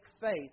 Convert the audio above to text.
faith